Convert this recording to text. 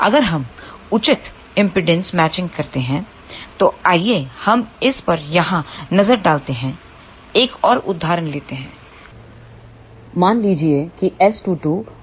अगर हम उचित एमपीडांस मैचिंग करते हैं तो आइए हम इस पर यहां नजर डालते हैं एक और उदाहरण लेते हैं मान लीजिए कि S22 06 है